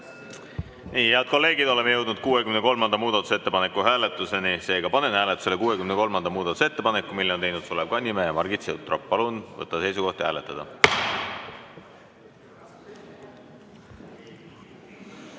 e g Head kolleegid, oleme jõudnud 63. muudatusettepaneku hääletuseni. Seega panen hääletusele 63. muudatusettepaneku, mille on teinud Sulev Kannimäe ja Margit Sutrop. Palun võtta seisukoht ja hääletada!